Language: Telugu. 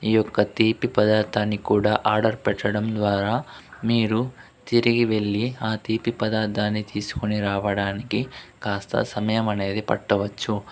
ఈ యొక్క తీపి పదార్థాన్ని కూడా ఆర్డర్ పెట్టడం ద్వారా మీరు తిరిగి వెళ్ళి ఆ తీపి పదార్థాన్ని తీసుకొని రావడానికి కాస్త సమయం అనేది పట్టవచ్చు